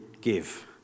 give